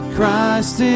Christ